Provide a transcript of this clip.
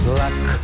luck